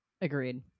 Agreed